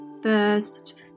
First